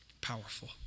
powerful